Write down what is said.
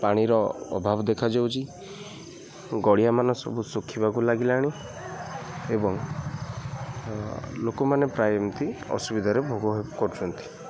ପାଣିର ଅଭାବ ଦେଖାଯାଉଛି ଗଡ଼ିଆ ମାନ ସବୁ ଶୁଖିବାକୁ ଲାଗିଲାଣି ଏବଂ ଲୋକମାନେ ପ୍ରାୟ ଏମିତି ଅସୁବିଧାରେ ଭୋଗ କରୁଛନ୍ତି